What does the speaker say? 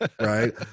Right